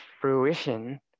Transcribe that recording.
fruition